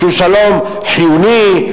שהוא שלום חיוני,